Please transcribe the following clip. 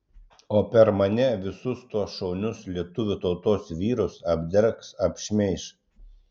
o per mane visus tuos šaunius lietuvių tautos vyrus apdergs apšmeiš